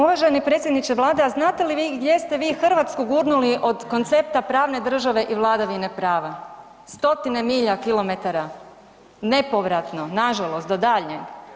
Uvaženi predsjedniče Vlade, a znate li vi gdje ste vi Hrvatsku gurnuli od koncepta pravne države i vladavine prava, stotine milja kilometara nepovratno nažalost do daljnjeg.